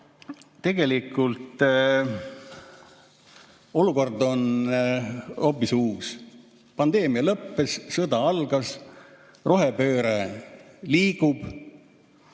tegelikult on olukord hoopis uus. Pandeemia lõppes, sõda algas, rohepööre liigub.